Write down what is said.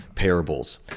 parables